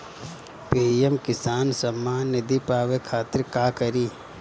PM Kisan Samman Nidhi पावे खातिर का करी?